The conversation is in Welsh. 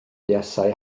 buasai